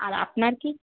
আর আপনার কি